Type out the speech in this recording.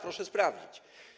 Proszę sprawdzić.